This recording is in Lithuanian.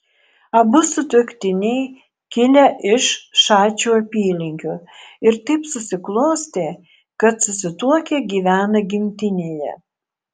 abu sutuoktiniai kilę iš šačių apylinkių ir taip susiklostė kad susituokę gyvena gimtinėje